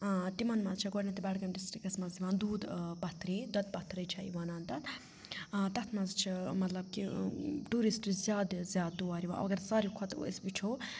تِمَن مَنٛز چھِ گۄڈٕنٮ۪تھٕے بڈگٲمۍ ڈِسٹِکَس منٛز یِوان دوٗد پَتھری دۄدٕ پَتھرٕے چھےٚ یہِ وَنان تَتھ تَتھ مَنٛز چھِ مطلب کہِ ٹیوٗرِسٹ زیادٕ زیادٕ تور یِوان اگر ساروی کھۄتہٕ أسۍ وٕچھو